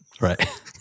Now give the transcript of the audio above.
Right